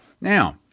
Now